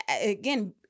again